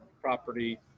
property